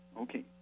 Okay